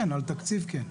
כן, על תקציב כן.